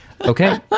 Okay